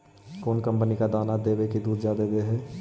कौन कंपनी के दाना देबए से दुध जादा दे है?